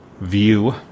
view